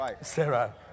Sarah